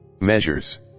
measures